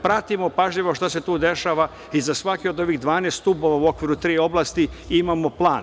Pratimo pažljivo šta se tu dešava i za svaki od ovih 12 stubova u okviru tri oblasti imamo plan.